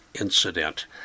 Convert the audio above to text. incident